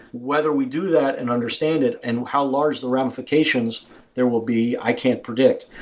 whether we do that and understand it and how large the ramifications there will be, i can't predict.